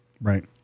Right